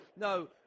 no